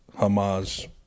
Hamas